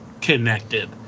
connected